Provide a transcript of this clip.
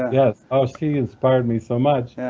yes. oh she inspired me so much.